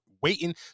waiting